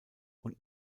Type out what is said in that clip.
und